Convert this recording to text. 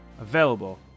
available